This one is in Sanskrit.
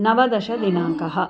नवदशदिनाङ्कः